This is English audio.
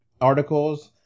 articles